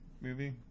movie